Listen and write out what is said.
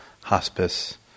hospice